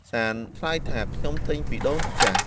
សាន្តឆ្លើយថា “ខ្ញុំទិញពីដូនចាស់”។